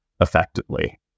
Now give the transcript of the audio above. effectively